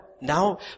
now